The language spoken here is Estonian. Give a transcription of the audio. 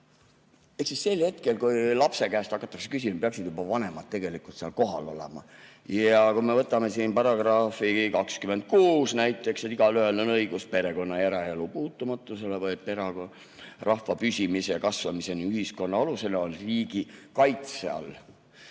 Ehk siis sel hetkel, kui lapse käest hakatakse küsima, peaksid vanemad tegelikult seal kohal olema. Ja kui me võtame siin § 26 näiteks, et igaühel on õigus perekonna‑ ja eraelu puutumatusele või [§ 27] et [perekond] rahva püsimise ja kasvamise ning ühiskonna alusena on riigi kaitse all,